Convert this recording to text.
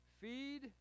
Feed